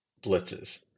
blitzes